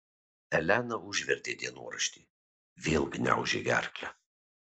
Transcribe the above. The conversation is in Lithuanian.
elena užvertė dienoraštį vėl gniaužė gerklę